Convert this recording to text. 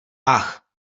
ach